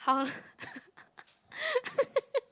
how